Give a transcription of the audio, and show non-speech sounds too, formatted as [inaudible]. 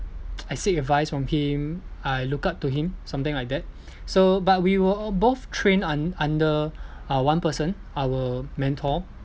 [noise] I seek advice from him I look up to him something like that so but we were all both train un~ under uh one person our mentor